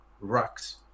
rocks